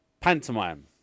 pantomime